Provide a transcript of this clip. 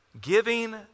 Giving